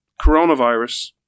coronavirus